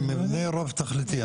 מבנה רב תכליתי.